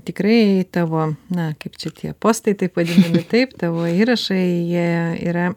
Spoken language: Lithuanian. tikrai tavo na kaip čia tie postai taip vadinami taip tavo įrašai jie yra